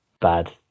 bad